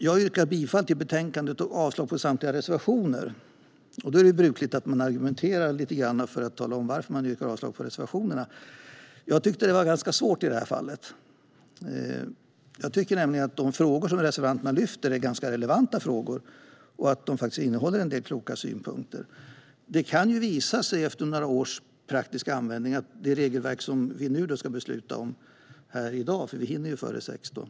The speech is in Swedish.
Jag yrkar bifall till förslaget i betänkandet och avslag på samtliga reservationer. Då är det brukligt att man argumenterar lite grann för varför man yrkar avslag på reservationerna. I det här fallet tycker jag att det är ganska svårt. Jag tycker nämligen att de frågor som reservanterna lyfter fram är ganska relevanta och att reservationerna innehåller en del kloka synpunkter. Det kan visa sig efter några års praktisk användning att det regelverk som vi nu ska besluta om här i dag, för vi hinner avsluta debatten före kl.